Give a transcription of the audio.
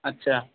اچھا